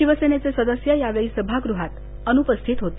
शिवसेनेचे सदस्य यावेळी सभागृहात अनुपस्थित होते